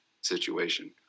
situation